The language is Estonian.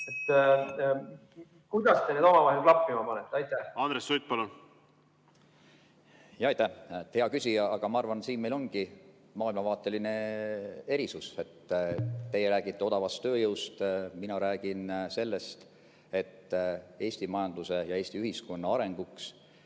Kuidas te need omavahel klappima panete? Andres Sutt, palun! Andres Sutt, palun! Aitäh, hea küsija! Ma arvan, et siin meil ongi maailmavaateline erisus: teie räägite odavast tööjõust, mina räägin sellest, et Eesti majanduse ja Eesti ühiskonna arenguks